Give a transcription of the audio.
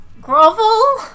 grovel